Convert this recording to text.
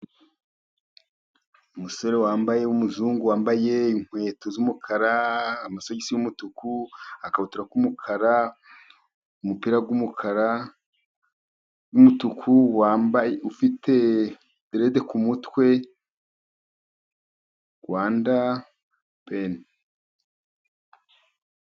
Umusore wambaye w'umuzungu wambaye inkweto z'umukara, amasogisi y'umutuku, agakabutura k'umukara, umupira w'umukara n'umutuku, wambaye, ufite deredi k'umutwe Rwanda peni.